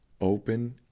Open